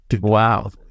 Wow